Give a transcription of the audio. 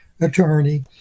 attorney